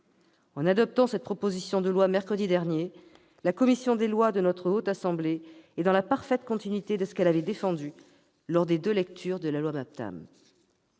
En adoptant cette proposition de loi mercredi dernier, la commission des lois de la Haute Assemblée s'est inscrite dans la parfaite continuité de la position qu'elle avait défendue lors des deux lectures du projet de loi MAPTAM.